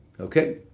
Okay